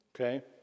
okay